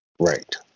Right